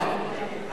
נגד.